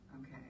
Okay